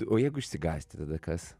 o jeigu išsigąsti tada kas